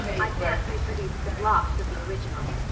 i can't reproduce the blots of the original.